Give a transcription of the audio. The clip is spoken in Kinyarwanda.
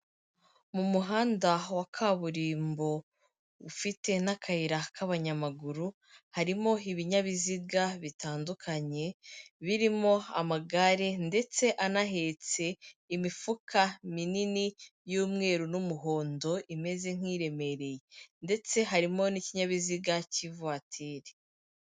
Mu muhanda wa kaburimbo ufite n'akayira k'abanyamaguru, harimo ibinyabiziga bitandukanye birimo amagare ndetse anahetse imifuka minini y'umweru n'umuhondo imeze nk'iremereye ndetse harimo n'ikinyabiziga cy'ivatiri.